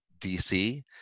DC